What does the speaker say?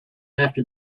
after